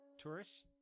tourists